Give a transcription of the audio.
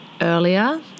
earlier